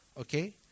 okay